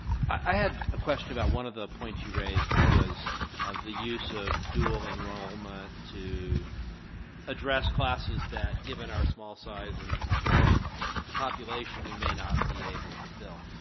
i had a question about one of the points you raised, which was the use of dual enrollment to address classes, that given our small size and growing population, we may not be able to fill.